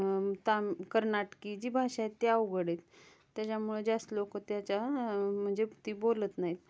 ताम कर्नाटकी जी भाषा आहे त्या अवघड आहेत त्याच्यामुळे जास्त लोक त्याच्या म्हणजे ती बोलत नाहीत